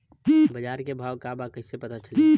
बाजार के भाव का बा कईसे पता चली?